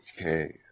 Okay